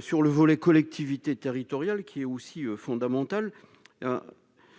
sur le volet collectivités territoriales, qui est aussi fondamentale,